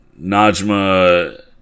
Najma